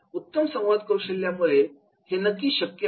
उत्तम संवादकौशल्य यामुळे हे नक्की शक्य होईल